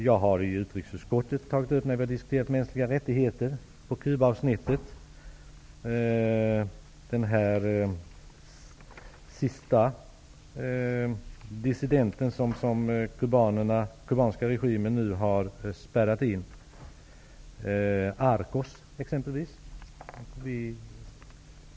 Jag har i utrikesutskottet tagit upp detta när vi diskuterat mänskliga rättigheter på Cuba, t.ex. fallet med den sista dissidenten, som den kubanska regimen nu har spärrat in, Sebastian Arcos.